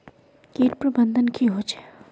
किट प्रबन्धन की होचे?